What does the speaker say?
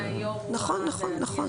נכון, נכון.